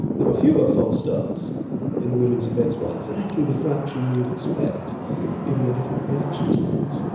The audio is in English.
there were fewer false starts in the women's events by exactly the fraction you would expect given their different reaction times.